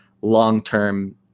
long-term